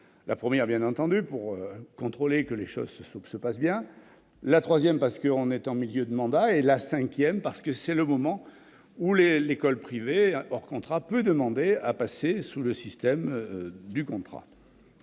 la première, bien entendu, pour contrôler que les choses se passent bien ; la troisième, parce que l'on est en milieu de mandat ; et la cinquième, parce que c'est le moment où l'école privée hors contrat peut demander à passer sous le régime du contrat.